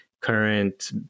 current